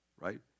right